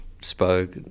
spoke